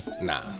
nah